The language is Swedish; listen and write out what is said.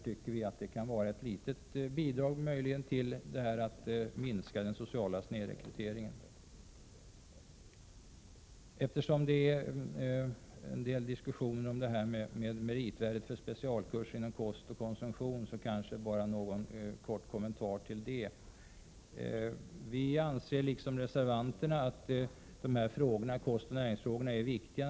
Således kan detta möjligen vara ett litet bidrag när det gäller att minska den sociala snedrekryteringen. Eftersom det förs en del diskussioner om meritvärdet för specialkurserna inom kost och konsumtion, vill jag göra några kommentarer i det sammanhanget. Naturligtvis anser vi i utskottsmajoriteten, i likhet med reservanterna, att kostoch näringsfrågorna är viktiga.